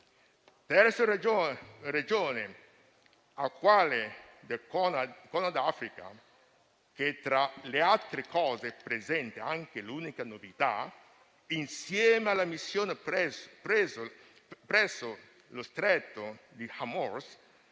terza regione è quella del Corno d'Africa, che tra le altre cose presenta anche l'unica novità, insieme alla missione presso lo stretto di Hormuz,